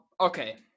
Okay